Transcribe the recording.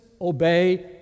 obey